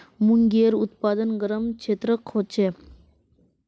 मूंगेर उत्पादन गरम क्षेत्रत ह छेक